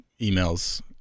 emails